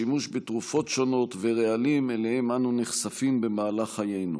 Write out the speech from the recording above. שימוש בתרופות שונות ורעלים שאליהם אנו נחשפים במהלך חיינו.